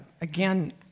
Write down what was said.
again